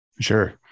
Sure